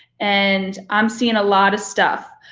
and i'm seeing a lot of stuff.